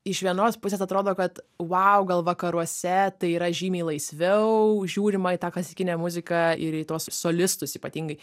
iš vienos pusės atrodo kad vau gal vakaruose tai yra žymiai laisviau žiūrima į tą klasikinę muziką ir į tuos solistus ypatingai